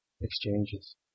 exchanges